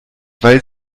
weil